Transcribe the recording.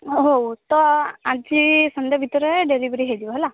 ଅ ହଉ ତ ଆଜି ସନ୍ଧ୍ୟା ଭିତରେ ଡେଲିଭରୀ ହେଇଯିବ ହେଲା